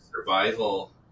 survival